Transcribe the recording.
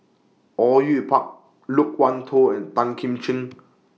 Au Yue Pak Loke Wan Tho and Tan Kim Ching